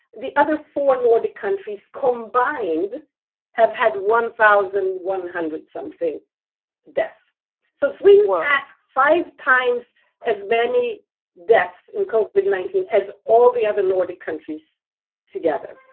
the other four nordic countries combined have had one thousand one hundred something that's so sweet, whereas five times as many deaths in cope with nineteen as all the other nordic countries together